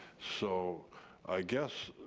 so i guess,